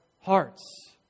hearts